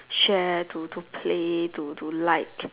share to to play to to like